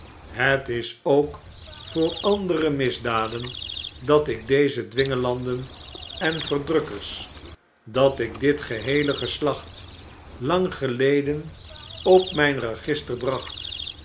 het is ook voor andere misdaden dat ik deze dwingelanden en verdrukkers dat ik dit geheele geslacht lang geleden op mjjn register bracht